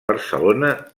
barcelona